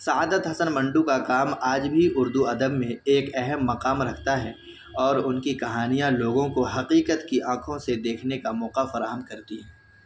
سعادت حسن منٹو کا کام آج بھی اردو ادب میں ایک اہم مقام رکھتا ہے اور ان کی کہانیاں لوگوں کو حقیقت کی آنکھوں سے دیکھنے کا موقع فراہم کرتی ہیں